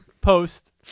post